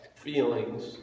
Feelings